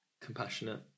compassionate